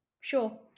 sure